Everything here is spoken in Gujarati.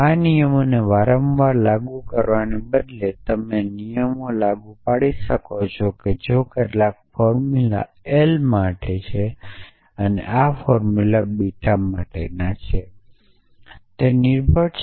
આ નિયમોને વારંવાર લાગુ કરવાને બદલે તમે આ નિયમો લાગુ પાડી શકો છો જેમાં કેટલાક ફોર્મ્યુલા l માટે છે અને કેટલાક ફોર્મ્યુલા બીટા માટેના છે